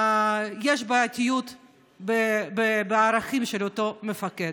יש בעייתיות בערכים של אותו מפקד.